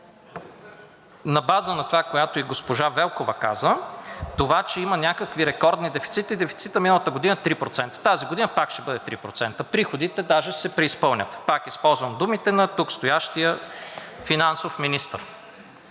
на база на това, което и госпожа Велкова каза, че има някакви рекордни дефицити, дефицитът миналата година е 3%, тази година пак ще бъде 3%. Приходите даже ще се преизпълнят, пак използвам думите на тук стоящия финансов министър.